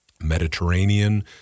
Mediterranean